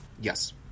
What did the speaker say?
yes